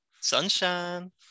Sunshine